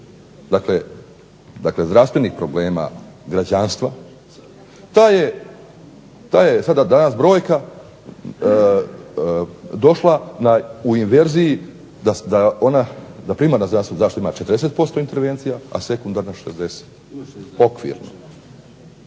dakle zdravstvenih problema građanstva taj je sada zbrojka došla u inverziji da ona, da primarna zdravstvena zaštita ima 40% intervencija, a sekundarna 60, okvirno.